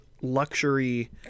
luxury